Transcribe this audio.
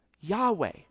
Yahweh